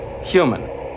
human